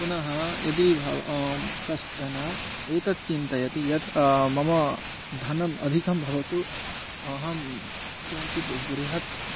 पुनः यदि भव कश्चन एतत् चिन्तयति यत् मम धनम् अधिकं भवतु अहं किञ्चिद् बृहत्